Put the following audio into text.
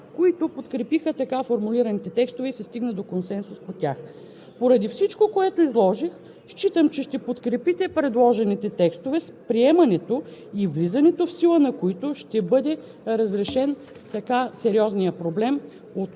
без да се допуска онеправдана репресия по отношение на правонарушителя. Искам да благодаря на членовете на Комисията по транспорт, информационни технологии и съобщения, които подкрепиха така формулираните текстове и се стигна до консенсус по тях. Поради всичко, което изложих,